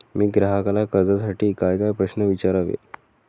मी ग्राहकाला कर्जासाठी कायकाय प्रश्न विचारावे?